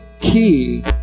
key